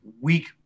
weak